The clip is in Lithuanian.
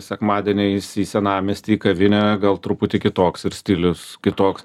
sekmadieniais į senamiestį į kavinę gal truputį kitoks ir stilius kitoks